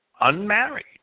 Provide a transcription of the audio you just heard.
unmarried